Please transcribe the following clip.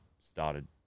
started